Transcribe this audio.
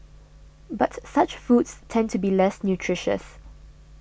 but such foods tend to be less nutritious